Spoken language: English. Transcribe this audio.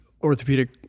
orthopedic